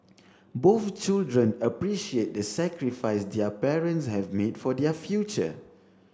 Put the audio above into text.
both children appreciate the sacrifice their parents have made for their future